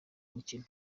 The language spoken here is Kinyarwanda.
umukino